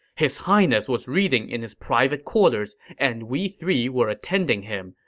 his highness was reading in his private quarters, and we three were attending him,